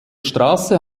straße